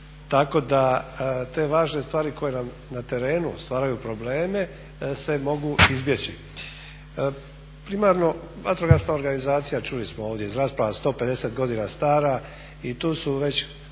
tako da te važne stvari koje nam na terenu stvaraju probleme se mogu izbjeći. Primarno, vatrogasna organizacija, čuli smo ovdje iz rasprava 150 godina stara i tu su već